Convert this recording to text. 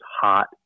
hot